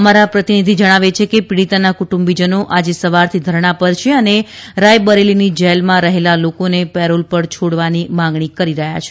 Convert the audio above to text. અમારા પ્રતિનિધિ જણાવે છે કે પીડીતાના કુટુંબીજનો આજે સવારથી ધરણાં પર છે અને રાયબરેલીની જેલમાં રહેલા લોકોને પેરોલ પર છોડવાની માગણી કરી રહ્યાં છે